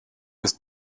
ist